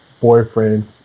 boyfriend